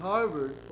Harvard